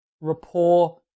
rapport